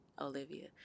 Olivia